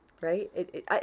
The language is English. Right